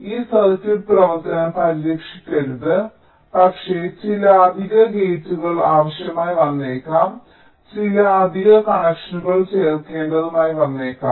ഈ സർക്യൂട്ട് പ്രവർത്തനം പരിഷ്ക്കരിക്കരുത് പക്ഷേ ചില അധിക ഗേറ്റുകൾ ആവശ്യമായി വന്നേക്കാം ചില അധിക കണക്ഷനുകൾ ചേർക്കേണ്ടതായി വന്നേക്കാം